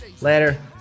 Later